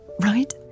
Right